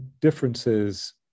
differences